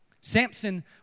Samson